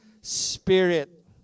Spirit